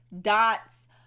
dots